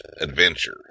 adventure